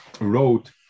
wrote